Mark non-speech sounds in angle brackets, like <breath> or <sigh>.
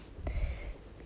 <breath>